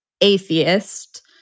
atheist